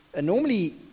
Normally